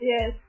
Yes